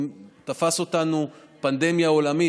תפסה אותנו פנדמיה עולמית,